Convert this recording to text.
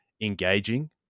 engaging